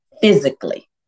physically